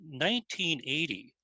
1980